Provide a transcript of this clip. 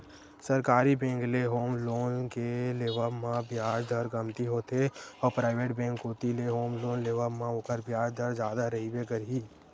सरकारी बेंक ले home loan के लेवब म बियाज दर कमती होथे अउ पराइवेट बेंक कोती ले होम लोन लेवब म ओखर बियाज दर जादा रहिबे करही